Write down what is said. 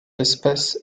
espèce